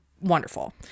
wonderful